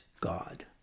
God